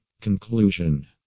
Conclusion